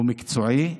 הוא מקצועי.